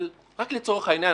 אבל רק לצורך העניין,